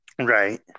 Right